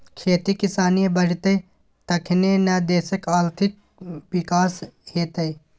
खेती किसानी बढ़ितै तखने न देशक आर्थिक विकास हेतेय